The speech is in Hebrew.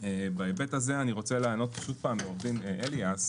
בהיבט הזה אני רוצה לענות שוב פעם לעורך דין אליאס,